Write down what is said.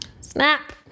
Snap